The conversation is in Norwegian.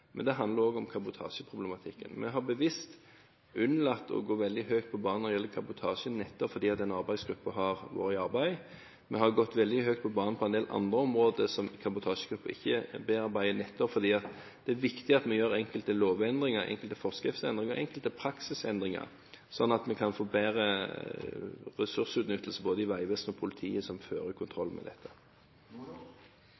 men det handler også om kabotasjeproblematikken. Vi har bevisst unnlatt å gå veldig høyt på banen når det gjelder kabotasje, nettopp fordi den arbeidsgruppen har vært i arbeid. Vi har gått veldig høyt på banen på en del andre områder som kabotasjegruppen ikke bearbeider, nettopp fordi det er viktig at vi gjør enkelte lovendringer, enkelte forskriftsendringer og enkelte praksisendringer, sånn at vi kan få bedre ressursutnyttelse både i Vegvesenet og i politiet, som fører